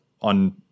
on